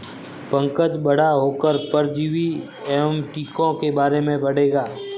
पंकज बड़ा होकर परजीवी एवं टीकों के बारे में पढ़ेगा